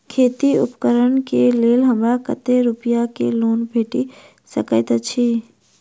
खेती उपकरण केँ लेल हमरा कतेक रूपया केँ लोन भेटि सकैत अछि?